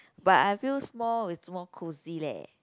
but I feel small is more cozy leh